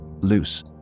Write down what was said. loose